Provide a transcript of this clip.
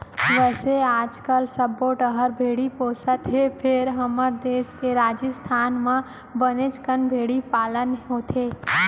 वैसे आजकाल सब्बो डहर भेड़ी पोसत हें फेर हमर देस के राजिस्थान म बनेच कन भेड़ी पालन होथे